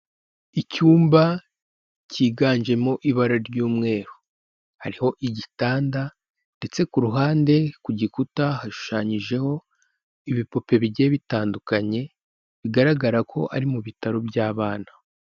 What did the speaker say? Icyumba kiganjemo ibara ry'umweru, hariho igitanda ndetse ku ruhande ku gikuta hashushanyijeho ibipope bigiye bitandukanye bigaragara ko ari mu bitaro by'abana.